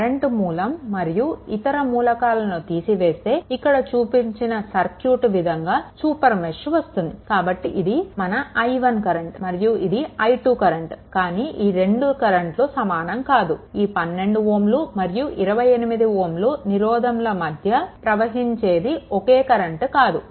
current మూలం మరియు ఇతర మూలకాలను తీసివేస్తే ఇక్కడ చూపిన సర్క్యూట్ విధంగా సూపర్ మెష్ వస్తుంది కాబట్టి ఇది మన i1 కరెంట్ మరియు ఇది మన i2 కరెంట్ కానీ ఈ రెండు కరెంట్లు సమానం కాదు ఈ 12Ω మరియు 28Ω నిరోధంల మధ్య ప్రవహించేది ఒకే కరెంట్ కాదు